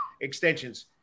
extensions